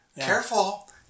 careful